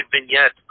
vignette